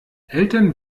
eltern